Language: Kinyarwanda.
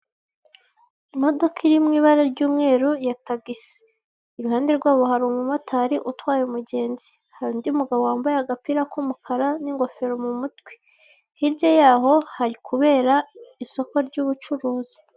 Imodoka iri mu ibara ry'umweru ya tagisi, iruhande rwabo hari umumotari utwaye umugenzi hari undi mugabo wambaye agapira k'umukara n'ingofero mu mutwe hirya yaho hari kubera isoko ry'ubucuruzi.